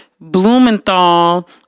Blumenthal